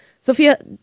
Sophia